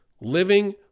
living